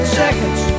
seconds